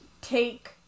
take